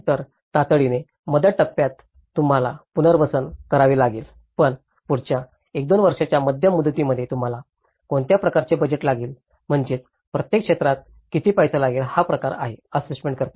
तर तातडीने मदत टप्प्यात तुम्हाला पुनर्वसन करावे लागेल पण पुढच्या 1 2 वर्षाच्या मध्यम मुदतीमध्ये तुम्हाला कोणत्या प्रकारचे बजेट लागेल म्हणजेच प्रत्येक क्षेत्राला किती पैसे लागतात हा प्रकार आहे असेसमेंट करते